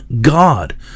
god